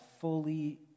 fully